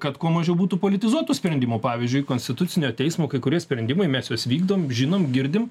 kad kuo mažiau būtų politizuotų sprendimų pavyzdžiui konstitucinio teismo kai kurie sprendimai mes juos vykdom žinom girdim